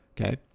Okay